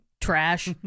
Trash